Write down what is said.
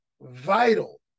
vital